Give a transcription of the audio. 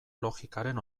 logikaren